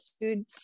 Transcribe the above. food